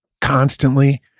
constantly